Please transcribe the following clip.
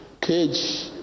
cage